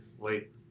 late